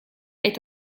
est